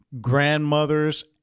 grandmothers